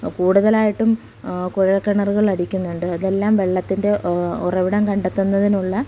കൂടുതലായിട്ടും കുഴൽക്കിണറുകൾ അടിക്കുന്നുണ്ട് അതെല്ലാം വെള്ളത്തിൻ്റെ ഉറവിടം കണ്ടെത്തുന്നതിനുള്ള